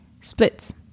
splits